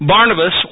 Barnabas